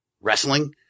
wrestling